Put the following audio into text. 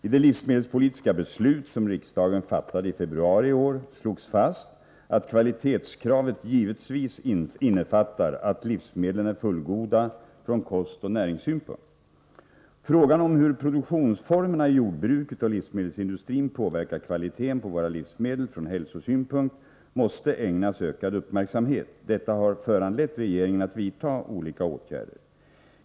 I det livsmedelspolitiska beslut som riksdagen fattade i februari i år slogs fast att kvalitetskravet givetvis innefattar att livsmedlen är fullgoda från kostoch näringssynpunkter. påverkar kvaliteten på våra livsmedel från hälsosynpunkt, måste ägnas ökad uppmärksamhet. Detta har föranlett regeringen att vidta olika åtgärder.